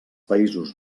països